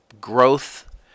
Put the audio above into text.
growth